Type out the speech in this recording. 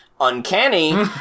uncanny